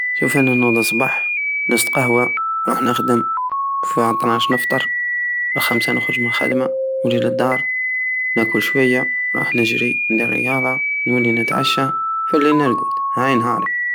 شوف انا نوض صبح نستقهوة نروح نخدم فالطناش نفطر الخكسة نخرج مل الخدمة نولي لدار ناكل شوية نروح نجري ندير رياضة ونولي نتعشى فليل نرقد هاي نهاري